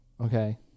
okay